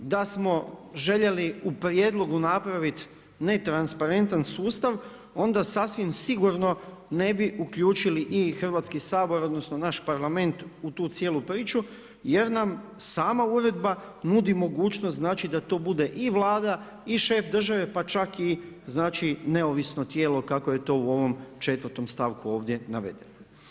Da smo željeli u prijedlogu napravit netransparentan sustav, onda sasvim sigurno ne bi uključili i Hrvatski sabor, odnosno naš Parlament u tu cijelu priču jer nam sama uredba nudi mogućnost da to bude i Vlada i šef država pa čak i neovisno tijelo kako je to u ovom 4. stavku ovdje navedeno.